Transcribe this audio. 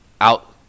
out